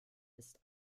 ist